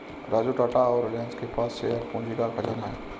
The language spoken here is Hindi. राजू टाटा और रिलायंस के पास शेयर पूंजी का खजाना है